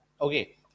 okay